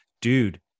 dude